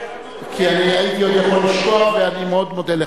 כי אני הייתי עוד יכול לשכוח ואני מאוד מודה לך.